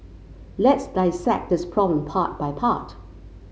let's dissect this problem part by part